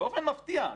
באופן מפתיע,